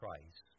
Christ